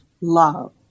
love